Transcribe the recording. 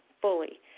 fully